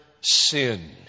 sin